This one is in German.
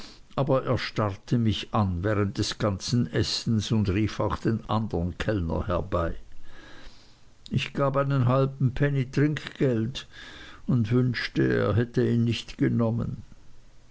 aber er starrte mich an während des ganzen essens und rief auch den andern kellner herbei ich gab einen halben penny trinkgeld und wünschte er hätte ihn nicht genommen